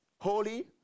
Holy